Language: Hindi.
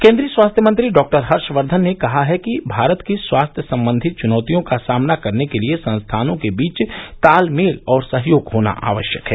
केन्द्रीय स्वास्थ्य मंत्री डॉक्टर हर्षवर्धन ने कहा है कि भारत की स्वास्थ्य संबंधी चुनौतियों का सामना करने के लिए संस्थानों के बीच तालमेल और सहयोग होना आवश्यक है